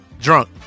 Drunk